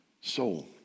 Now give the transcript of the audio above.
soul